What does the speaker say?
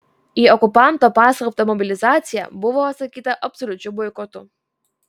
į okupanto paskelbtą mobilizaciją buvo atsakyta absoliučiu boikotu